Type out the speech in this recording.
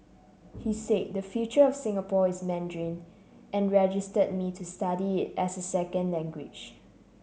he said the future of Singapore is Mandarin and registered me to study it as a second language